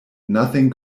nothing